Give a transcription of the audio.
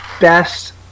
best